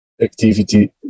activity